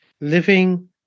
living